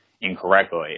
incorrectly